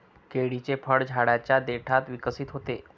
केळीचे फळ झाडाच्या देठात विकसित होते